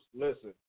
Listen